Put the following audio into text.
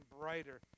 brighter